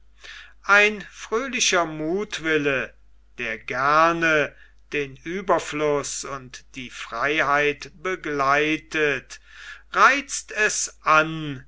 ein fröhlicher muthwille der gerne den ueberfluß und die freiheit begleitet reizt es an